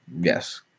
Yes